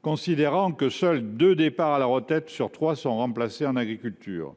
considérant que seuls deux départs à la retraite sur trois sont remplacés en agriculture,